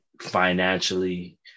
financially